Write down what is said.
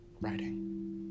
writing